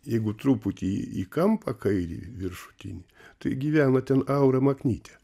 jeigu truputį į kampą kairį viršutinį tai gyvena ten aura maknytė